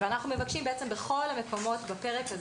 אנחנו מבקשים שבכל המקומות בפרק הזה